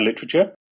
literature